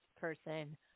person